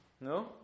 No